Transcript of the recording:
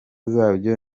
zabyo